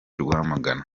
rwamagana